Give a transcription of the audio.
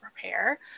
prepare